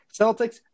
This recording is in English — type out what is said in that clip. Celtics